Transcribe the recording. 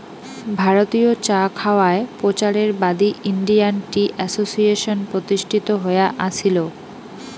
ভারতীয় চা খাওয়ায় প্রচারের বাদী ইন্ডিয়ান টি অ্যাসোসিয়েশন প্রতিষ্ঠিত হয়া আছিল